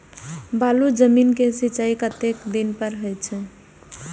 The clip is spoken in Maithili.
बालू जमीन क सीचाई कतेक दिन पर हो छे?